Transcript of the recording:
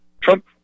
Trump